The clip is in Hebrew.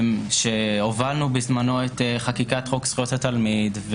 כשהובלנו בזמנו את חקיקת חוק זכויות התלמיד.